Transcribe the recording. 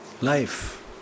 life